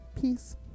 Peace